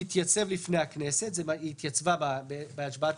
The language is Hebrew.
תתייצב לפני הכנסת" היא התייצבה בהשבעת